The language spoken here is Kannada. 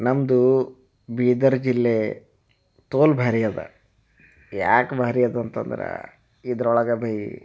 ನಮ್ಮದು ಬೀದರ ಜಿಲ್ಲೆ ತೋಲ್ ಭಾರಿ ಇದೆ ಯಾಕೆ ಭಾರಿ ಇದೆ ಅಂತಂದ್ರೆ ಇದ್ರೊಳಗೆ ಭಿ